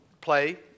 play